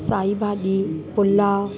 साई भाॼी पुलाव